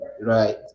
Right